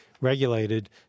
regulated